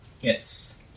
Yes